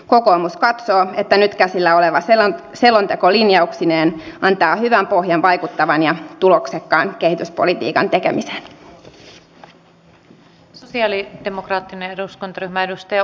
kokoomus katsoo että nyt käsillä oleva selonteko linjauksineen antaa hyvän pohjan vaikuttavan ja tuloksekkaan kehityspolitiikan tekemiseen